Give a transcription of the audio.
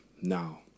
now